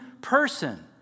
person